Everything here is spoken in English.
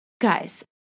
guys